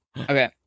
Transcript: Okay